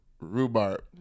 rhubarb